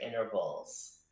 intervals